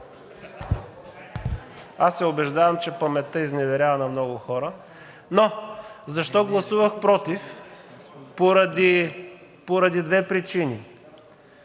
Аз се убеждавам, че паметта изневерява на много хора, но защо гласувах против? Поради две причини.